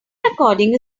recording